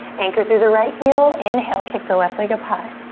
anchor through the right heel, inhale, kick the left leg up high.